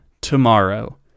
tomorrow